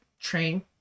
train